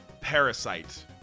Parasite